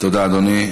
תודה, אדוני.